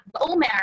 Omer